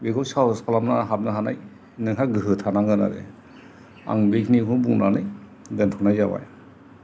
बेखौ साहस खालामना हाबनो हानाय नोंहा गोहो थानांगोन आरो आं बेखिनिखौनो बुंनानै दोनथ'नाय जाबाय